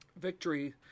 victory